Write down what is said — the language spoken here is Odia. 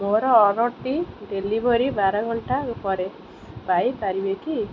ମୋର ଅର୍ଡ଼ର୍ଟି ଡେଲିଭରି ବାର ଘଣ୍ଟା ଉପରେ ପାଇପାରିବି କି